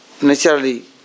naturally